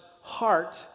heart